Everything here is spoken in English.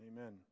Amen